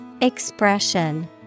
Expression